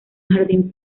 jardín